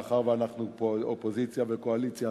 מאחר שאנחנו אופוזיציה וקואליציה,